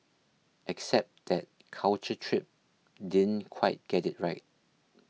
except that Culture Trip didn't quite get it right